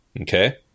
Okay